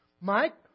Mike